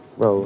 Bro